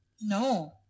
No